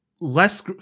less